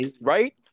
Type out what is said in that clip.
Right